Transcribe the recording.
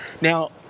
Now